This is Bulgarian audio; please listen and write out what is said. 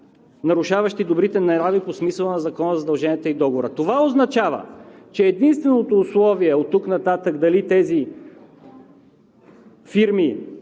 нарушаващи добрите нрави по смисъла на Закона за задълженията и договорите. Това означава, че единственото условие оттук нататък дали тези фирми